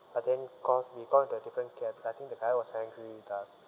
but then cause we got onto a different cab I think the guy was angry with us